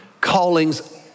callings